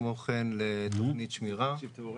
כמו כן, לתוכנית שמירה.